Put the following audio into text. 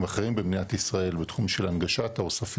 כל מה שנעשה לפני תקופתנו בעצם לא היה רלוונטי והתחלנו לכתוב אותו מחדש,